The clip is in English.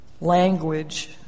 language